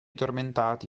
tormentati